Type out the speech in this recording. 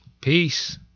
Peace